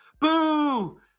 boo